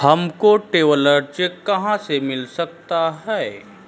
हमको traveller cheque कहाँ से मिल सकता है?